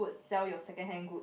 sell your secondhand good